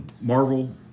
Marvel